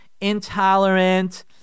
intolerant